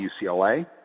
UCLA